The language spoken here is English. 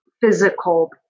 physical